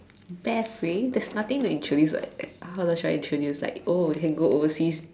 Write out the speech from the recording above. best way there's nothing to introduce [what] how should I introduce like oh you can go overseas